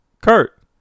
Kurt